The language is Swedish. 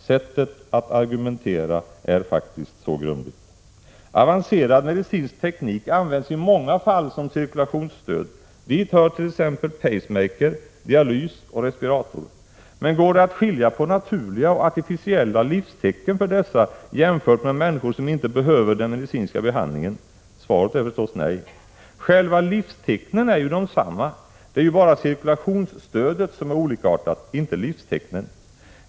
Sättet att argumentera är faktiskt så grumligt. Avancerad medicinsk teknik används i många fall som cirkulationsstöd. Dit hör t.ex. pacemaker, dialys och respirator. Men går det att skilja mellan naturliga och artificiella livstecken hos dessa människor jämfört med människor som inte behöver den medicinska behandlingen? Svaret är förstås nej. Själva livstecknen är ju desamma. Det är bara cirkulationsstödet som är olikartat — inte livstecknen.